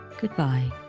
goodbye